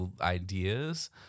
ideas